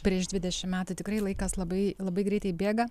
prieš dvidešimt metų tikrai laikas labai labai greitai bėga